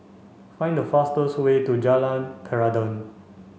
find the fastest way to Jalan Peradun